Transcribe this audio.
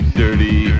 dirty